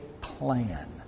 plan